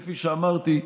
כפי שאמרתי,